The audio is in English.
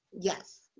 Yes